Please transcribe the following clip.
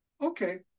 okay